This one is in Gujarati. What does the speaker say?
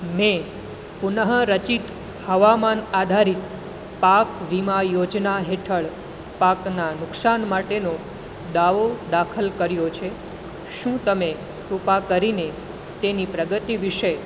મેં પુનઃરચિત હવામાન આધારિત પાક વીમા યોજના હેઠળ પાકના નુકસાન માટે દાવો દાખલ કર્યો છે શું તમે કૃપા કરીને તેની પ્રગતિ વિશે